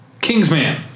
Kingsman